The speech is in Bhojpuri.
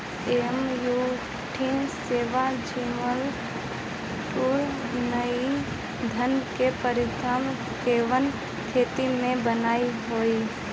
MUT seven zero two nine धान के प्रजाति कवने खेत मै बोआई होई?